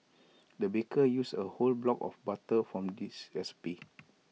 the baker used A whole block of butter for this recipe